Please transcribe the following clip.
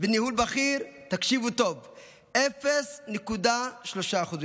ניהול בכיר, תקשיבו טוב, 0.3% בלבד.